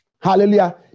Hallelujah